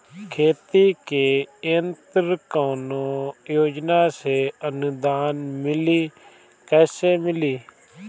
खेती के यंत्र कवने योजना से अनुदान मिली कैसे मिली?